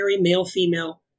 male-female